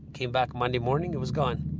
came back monday morning, it was gone.